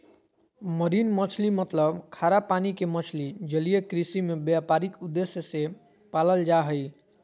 marine मछली मतलब खारा पानी के मछली जलीय कृषि में व्यापारिक उद्देश्य से पालल जा हई